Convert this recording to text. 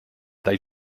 they